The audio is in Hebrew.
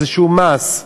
איזשהו מס,